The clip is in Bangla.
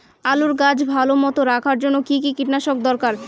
আলুর গাছ ভালো মতো রাখার জন্য কী কী কীটনাশক দরকার?